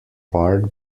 part